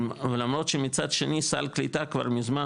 ולמרות שמצד שני סל קליטה כבר מזמן